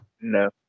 No